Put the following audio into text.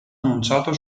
annunciato